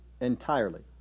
Entirely